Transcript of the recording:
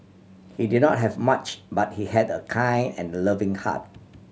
he did not have much but he had a kind and loving heart